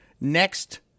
next